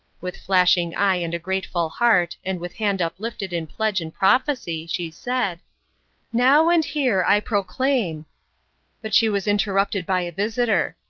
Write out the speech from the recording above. with flashing eye and grateful heart, and with hand uplifted in pledge and prophecy, she said now and here i proclaim but she was interrupted by a visitor.